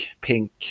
pink